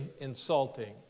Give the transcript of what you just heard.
insulting